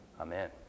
Amen